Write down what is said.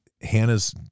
Hannah's